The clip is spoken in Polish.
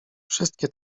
wszystkie